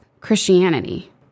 Christianity